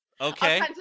Okay